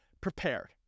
prepared